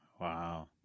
Wow